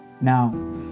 Now